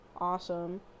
awesome